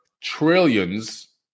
trillions